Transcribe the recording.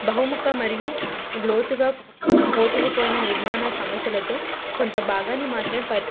బహుముఖ మరియు లోతుగా పోతుకుపోయిన నిర్మాణ సమస్యలతో కొంత భాగాన్ని మాత్రమే పరి